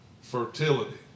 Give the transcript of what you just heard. fertility